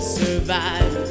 survive